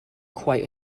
quite